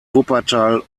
wuppertal